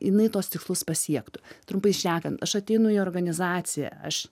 jinai tuos tikslus pasiektų trumpai šnekant aš ateinu į organizaciją aš